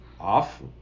off